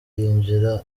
yinjira